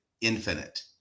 Infinite